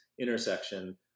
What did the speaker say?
intersection